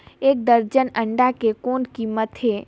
एक दर्जन अंडा के कौन कीमत हे?